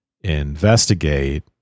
investigate